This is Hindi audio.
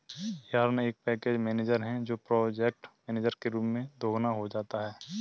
यार्न एक पैकेज मैनेजर है जो प्रोजेक्ट मैनेजर के रूप में दोगुना हो जाता है